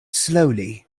slowly